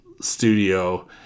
studio